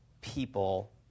people